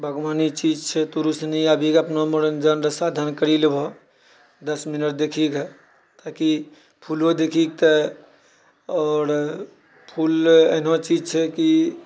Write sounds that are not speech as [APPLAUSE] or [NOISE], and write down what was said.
बागवानी चीज छै [UNINTELLIGIBLE] करि लेबह दस मिनट देखि कऽ ताकि फूलो देखि कऽ तऽ आओर फूल एहन चीज छै कि